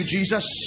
Jesus